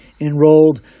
enrolled